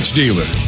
dealer